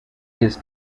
his